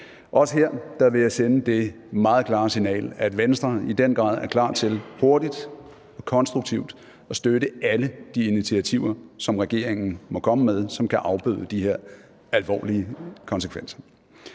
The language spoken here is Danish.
Også her vil jeg sende det meget klare signal, at Venstre i den grad er klar til hurtigt og konstruktivt at støtte alle de initiativer, som regeringen måtte komme med til at afbøde de her alvorlige konsekvenser.